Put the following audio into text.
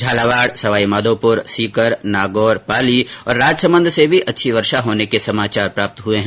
झालावाड सवाईमाघोपुर सीकर नागौर पाली और राजसमंद से भी अच्छी वर्षा होने के समाचार प्राप्त हुए है